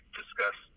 discuss